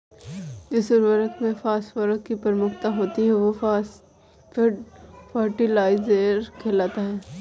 जिस उर्वरक में फॉस्फोरस की प्रमुखता होती है, वह फॉस्फेट फर्टिलाइजर कहलाता है